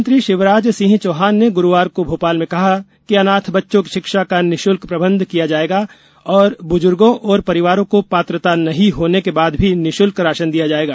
मुख्यमंत्री शिवराज सिंह चौहान ने गुरुवार को भोपाल में कहा कि अनाथ बच्चों की शिक्षा का निशुल्क प्रबंध किया जाएगा और बुजुर्गों और परिवारों को पात्रता नहीं होने के बाद भी निशुल्क राशन दिया जाएगा